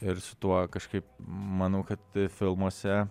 ir su tuo kažkaip manau kad filmuose